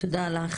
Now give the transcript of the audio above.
תודה לך,